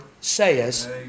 says